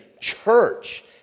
Church